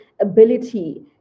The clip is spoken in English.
ability